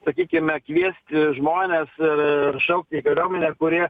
sakykime kviesti žmones e ir šaukti į kariuomenę kurie